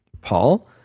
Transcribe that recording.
Paul